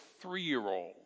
three-year-old